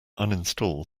uninstall